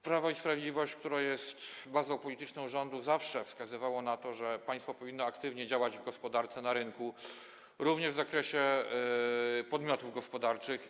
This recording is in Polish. Prawo i Sprawiedliwość, które jest bazą polityczną rządu, zawsze wskazywało na to, że państwo powinno aktywnie działać w gospodarce i na rynku również w zakresie podmiotów gospodarczych.